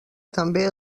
també